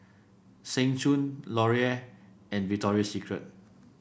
Seng Choon Laurier and Victoria Secret